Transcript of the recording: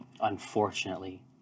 unfortunately